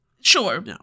Sure